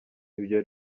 ibyo